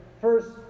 first